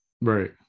right